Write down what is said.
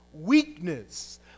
weakness